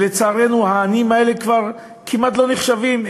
לצערנו העניים האלה כמעט לא נחשבים,